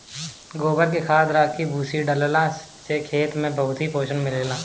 गोबर के खाद, राखी, भूसी डालला से खेत के बहुते पोषण मिलेला